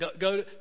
Go